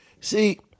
See